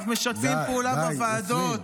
אנחנו משתפים פעולה בוועדות.